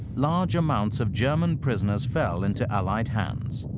large amounts of german prisoners fell into allied hands.